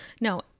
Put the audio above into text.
no